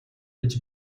гэж